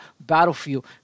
battlefield